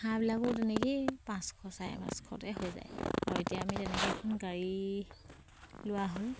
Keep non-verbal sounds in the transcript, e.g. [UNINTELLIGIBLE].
হাঁহবিলাকো তেনেকেই পাঁচশ চাৰে পাঁচশতে হৈ যায় আৰু এতিয়া আমি [UNINTELLIGIBLE] গাড়ী লোৱা হ'ল